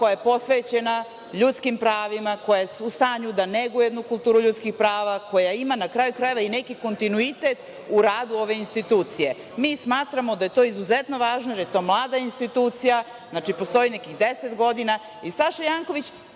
koja je posvećena ljudskim pravima, koja je u stanju da neguje jednu kulturu ljudskih prava, koja ima na kraju krajeva i neki kontinuitet u radu ove institucije. Mi smatramo da je to izuzetno važno, jer je to mlada institucija. Mi smatramo da je to izuzetno